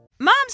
Moms